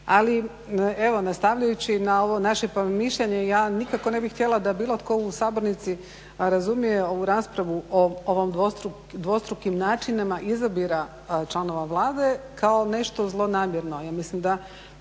Ali, evo nastavljajući na ovo naše promišljanje ja nikako ne bih htjela da bilo tko u sabornici, a razumije ovu raspravu o ovim dvostrukim načinima izbora članova Vlade kao nešto zlonamjerno.